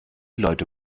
leute